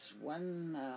one